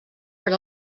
per